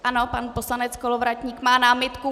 Ano, pan poslanec Kolovratník má námitku?